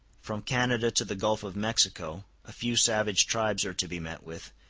from canada to the gulf of mexico a few savage tribes are to be met with,